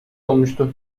olmuştu